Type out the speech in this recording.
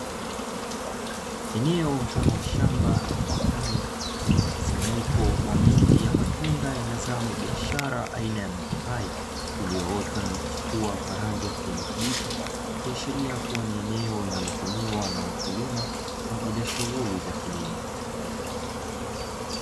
Eneo mfano wa shamba ama bustani lenye mkusanyiko wa miti ya matunda ya mazao la biashara aina ya mapapai iliyoota na kuchipua kwa rangi ya kijani kibichi, ikiashiria kuwa ni eneo linalotumiwa na wakulima kwa ajili ya shughuli za kilimo.